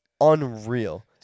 unreal